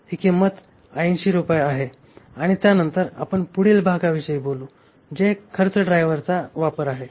ही किंमत 80 रुपये आहे आणि त्यानंतर आपण पुढील भागाविषयी बोलू जे खर्च ड्रायव्हर्सचा वापर आहे